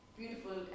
beautiful